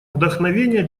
вдохновения